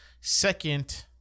second